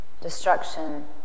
destruction